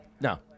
No